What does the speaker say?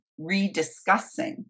rediscussing